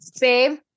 Babe